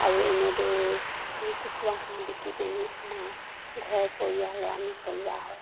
আৰু এনেদৰেই আমি কুকুৰা হাঁহ বিকি পিনি আমাৰ ঘৰ পৰিয়ালৰ আমি চলোৱা হয়